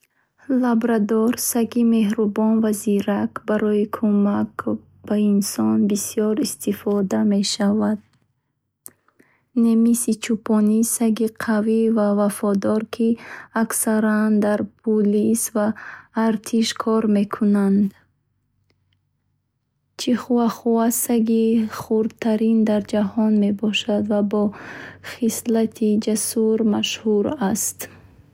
Лабрадор саги меҳрубон ва зирак, барои кӯмак ба инсон бисёр истифода мешавад. Немисӣ чупони саги қавӣ ва вафодор, ки аксаран дар пулис ва артиш кор мекунад. Пудел саги зебо бо мӯи кучоқ, хеле зирак ва ба омӯзиш осон. Чихуахуа саги хурдтарин дар ҷаҳон мебошад ва бо хислати ҷасур машҳур аст.